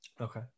okay